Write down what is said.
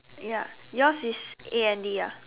ya yours is A N D ah